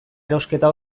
erosketa